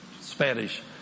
Spanish